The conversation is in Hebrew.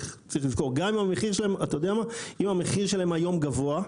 גם אם המחיר שלהם היום גבוה,